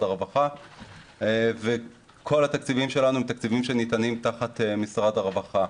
הרווחה וכל התקציבים שלנו הם תקציבים שניתנים תחת משרד הרווחה.